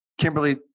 Kimberly